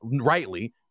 rightly